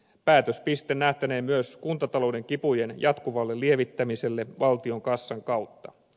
päätöspiste nähtäneen myös kuntatalouden kipujen jatkuvalle lievittämiselle valtion kassan kautta